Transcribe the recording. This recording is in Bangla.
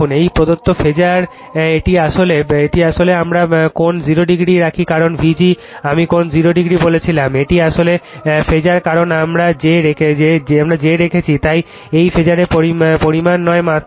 এই প্রদত্ত ফেজার এটি আসলে তারপর আমরা কোণ 0 ডিগ্রী রাখি কারণ Vg আমি কোণ 0 ডিগ্রি বলেছিলাম এটি একটি ফাসার কারণ আমরা j রেখেছি তাই এটি ফ্যাসরের পরিমাণ নয় মাত্রা